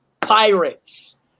pirates